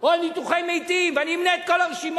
או על ניתוחי מתים, ואני אמנה את כל הרשימה.